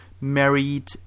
married